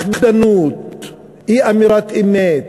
פחדנות, אי-אמירת אמת,